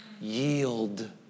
Yield